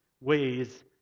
ways